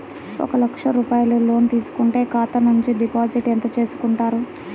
ఒక లక్ష రూపాయలు లోన్ తీసుకుంటే ఖాతా నుండి డిపాజిట్ ఎంత చేసుకుంటారు?